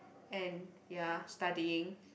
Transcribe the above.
and ya studying